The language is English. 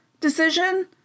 decision